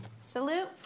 Salute